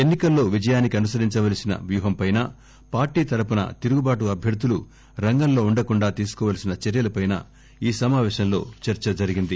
ఎన్నికల్లో విజయానికి అనుసరించవలసిన వ్యూహంపైనా పార్టీ తరపున తిరుగుబాటు అభ్యర్థులు రంగంలో వుండకుండా తీసుకోవల్సిన చర్యలపైనా ఈసమాపేశంలో చర్స జరిగింది